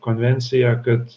konvenciją kad